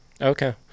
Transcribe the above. Okay